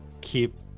keep